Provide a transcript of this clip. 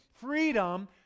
freedom